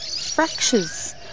fractures